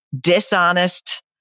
Dishonest